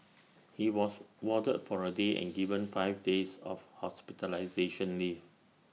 he was warded for A day and given five days of hospitalisation leave